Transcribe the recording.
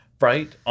Right